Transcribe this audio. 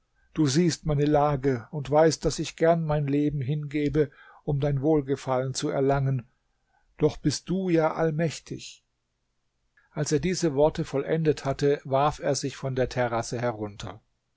du siehst meine lage und weißt daß ich gerne mein leben hingebe um dein wohlgefallen zu erlangen doch bist du ja allmächtig als er diese worte vollendet hatte warf er sich von der terrasse herunter